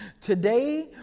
Today